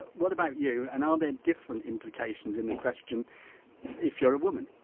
what about you and are there different implications in the question if you're a woman?